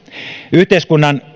yhteiskunnan